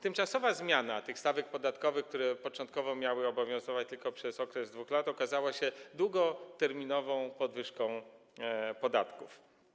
Tymczasowa zmiana tych stawek podatkowych, które początkowo miały obowiązywać tylko przez okres 2 lat, okazała się długoterminową podwyżką podatków.